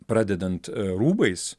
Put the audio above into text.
pradedant rūbais